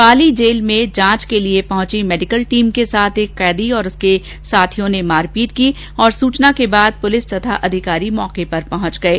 पाली जेल में जांच की लिए पहची मेडिकल टीम के साथ एक कैदी और उसके साथियों ने मारपीट की सूचना के बाद पुलिस और ेअधिकारी मौके पर पहुंच गये